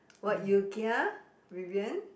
what you kia Vivian